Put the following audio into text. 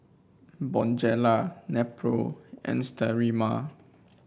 Bonjela Nepro and Sterimar